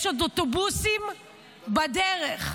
יש עוד אוטובוסים בדרך,